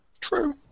True